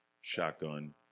shotgun